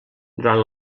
durant